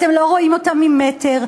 אתם לא רואים אותם ממטר,